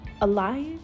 alive